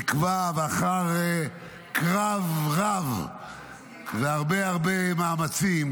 נקבע בצו, אחרי קרב-רב והרבה הרבה מאמצים